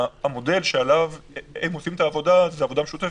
המודל שעליו הם עושים את העבודה זאת עבודה משותפת,